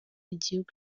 igihugu